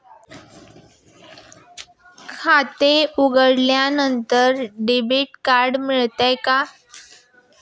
खाते उघडल्यानंतर debit card मिळते का?